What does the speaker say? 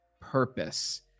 purpose